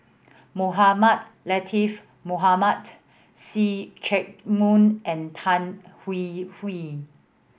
Mohamed Latiff Mohamed See Chak Mun and Tan Hwee Hwee